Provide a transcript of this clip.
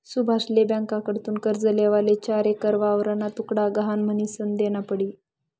सुभाषले ब्यांककडथून कर्ज लेवाले चार एकर वावरना तुकडा गहाण म्हनीसन देना पडी